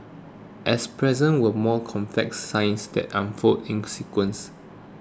as present were more complex signs that unfolded in sequences